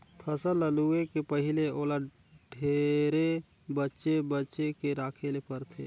फसल ल लूए के पहिले ओला ढेरे बचे बचे के राखे ले परथे